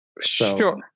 Sure